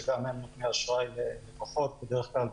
שגם הם נותני אשראי ללקוחות בדרך כלל